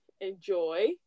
enjoy